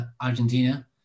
Argentina